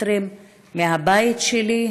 הפעם זה היכה בתוך העיר שלי, כמה מטרים מהבית שלי.